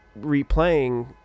replaying